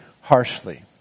harshly